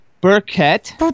Burkett